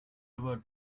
ever